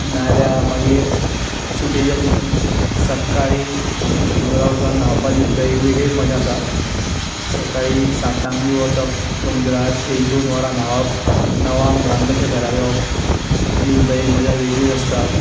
ना आल्यार मागीर सुट्येच्या दिसांनी सकाळी समुद्रार वचून न्हांवपाची सुद्दां एक वेगळीच मज्जा आसा सकाळीं सातांक बी वचप समुद्रार एक दोन वरां न्हांवप णवांक धांक अशें घरा येवप ही सुद्दां एक मज्जा वेगळीच आसता